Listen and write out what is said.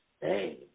Hey